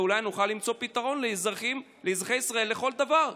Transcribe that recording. ואולי נוכל למצוא פתרון לאזרחי ישראל לכל דבר,